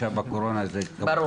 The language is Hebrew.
עכשיו בקורונה זה --- ברור.